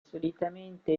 solitamente